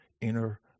inner